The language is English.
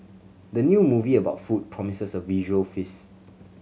the new movie about food promises a visual feast